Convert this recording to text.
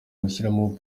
gushyiramo